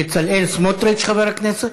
בצלאל סמוטריץ,